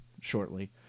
shortly